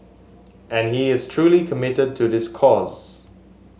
and he is truly committed to this cause